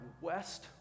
West